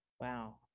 Wow